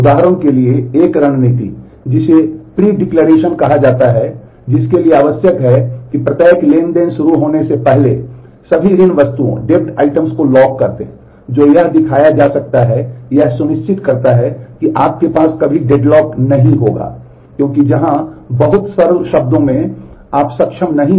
उदाहरण के लिए एक रणनीति जिसे प्री डिक्लेरेशन मिल गए हैं